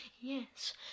Yes